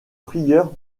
prieur